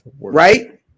right